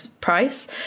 price